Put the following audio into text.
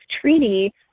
treaty